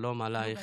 שלום עלייך,